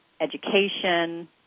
education